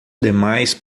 demais